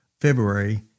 February